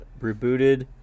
rebooted